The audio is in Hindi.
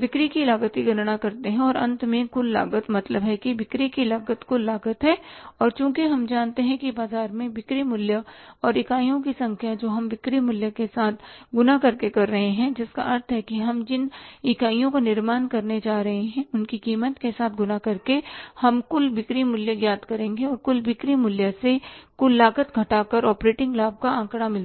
बिक्री की लागत की गणना करते हैं और अंत में कुल लागत मतलब है बिक्री की लागत कुल लागत है और चूंकि हम जानते हैं बाजार में बिक्री मूल्य और इकाइयों की संख्या जो हम विक्रय मूल्य के साथ गुणा कर रहे हैं जिसका अर्थ है कि हम जिन इकाइयों का निर्माण करने जा रहे हैं उनकी कीमत के साथ गुणा करके हम कुल बिक्री मूल्य ज्ञात करेंगे और कुल बिक्री मूल्य से कुल लागत घटाकर ऑपरेटिंग लाभ का आंकड़ा मिलता है